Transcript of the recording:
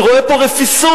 אני רואה פה רפיסות.